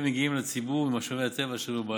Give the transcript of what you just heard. המגיעים לציבור ממשאבי הטבע אשר בבעלותו.